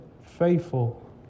faithful